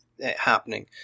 happening